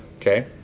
okay